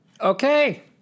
Okay